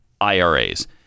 IRAs